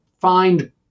find